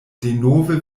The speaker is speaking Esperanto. denove